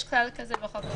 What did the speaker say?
יש כלל כזה בחוק העונשין.